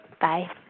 Bye